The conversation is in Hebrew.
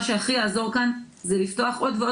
מה שהכי יעזור כאן זה לפתוח עוד ועוד